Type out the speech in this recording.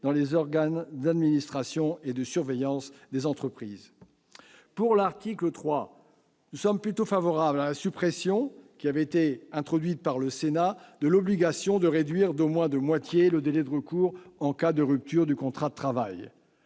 dans les organes d'administration et de surveillance des entreprises. Sur l'article 3, nous sommes plutôt favorables à la suppression, introduite au Sénat, de l'obligation de réduire d'au mois de moitié le délai de recours en cas de rupture du contrat de travail.